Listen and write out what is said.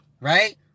right